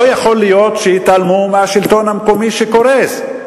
לא יכול להיות שיתעלמו מהשלטון המקומי שקורס.